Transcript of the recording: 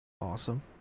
Awesome